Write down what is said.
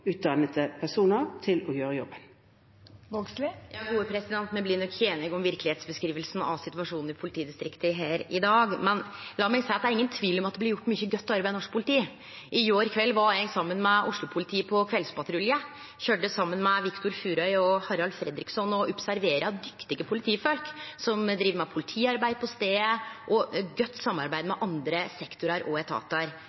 til å gjøre jobben. Me blir nok ikkje einige her i dag om korleis me skal beskrive den verkelege situasjonen i politidistrikta, men la meg seie at det er ingen tvil om at det blir gjort mykje godt arbeid i norsk politi. I går kveld var eg saman med Oslo-politiet på kveldspatrulje. Eg køyrde saman med Viktor Furøy og Harald Fredrickson og observerte dyktige politifolk, som driv med politiarbeid på staden og har godt samarbeid